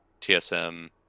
tsm